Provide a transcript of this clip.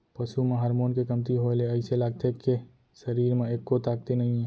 पसू म हारमोन के कमती होए ले अइसे लागथे के सरीर म एक्को ताकते नइये